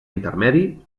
intermedi